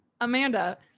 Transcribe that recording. amanda